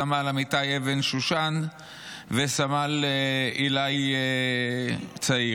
סמל אמיתי אבן שושן וסמל עילאי צעיר.